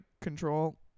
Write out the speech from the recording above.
control